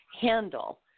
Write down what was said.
handle